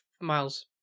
Miles